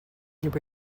and